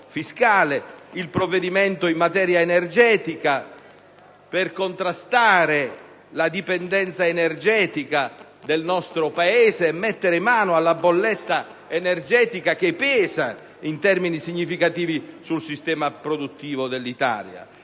il provvedimento in materia di energia, per contrastare la dipendenza del nostro Paese e mettere mano alla bolletta energetica, che pesa in termini significativi sul sistema produttivo italiano.